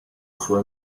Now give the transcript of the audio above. sua